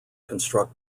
construct